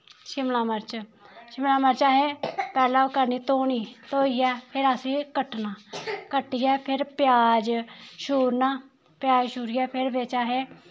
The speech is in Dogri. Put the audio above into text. शिमला मरच शिमला मरच असें पैह्ले ओह् करनी धोनी धोइयै फ्ही असें कट्टना कट्टियै फिर प्याज छूरना प्याज छूरियै फिर बिच्च असें